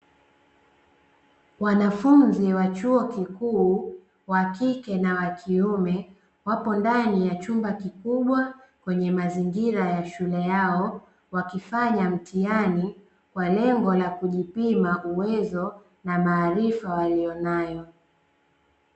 Wanafunzi wa chuo kikuu wa kike na wa kiume, wapo ndani ya chumba kikubwa kwenye mazingira ya shule yao, wakifanya mtihani kwa lengo la kujipima uwezo na maarifa waliyo nayo.